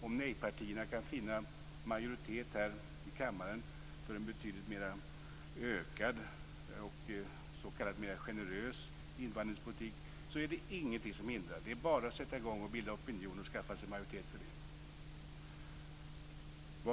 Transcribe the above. Om nej-partierna kan finna majoritet här i kammaren för en ökad och mer s.k. generös invandringspolitik finns det ingenting som hindrar detta. Det är bara att sätta i gång och bilda opinion och skaffa sig majoritet för det.